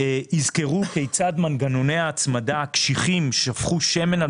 יזכרו כיצד מנגנוני ההצמדה הקשיחים שפכו שמן על